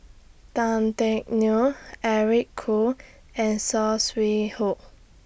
Tan Teck Neo Eric Khoo and Saw Swee Hock